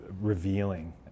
revealing